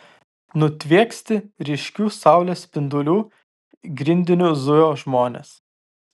nutvieksti ryškių saulės spindulių grindiniu zujo žmonės